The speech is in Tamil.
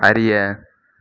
அறிய